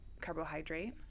carbohydrate